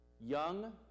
young